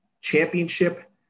Championship